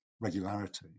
regularity